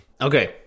Okay